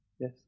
Yes